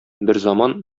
берзаман